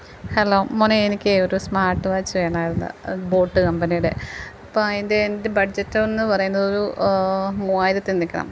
hello മോനെ എനിക്ക് ഒരു സ്മാട്ട് വാച്ച് വേണമായിരുന്നു ബോട്ട് കമ്പനിയുടെ അപ്പം അതിൻ്റെ എൻ്റെ ബഡ്ജറ്റെന്ന് പറയുന്നത് ഒരു മൂവായിരത്തിൽ നിൽക്കണം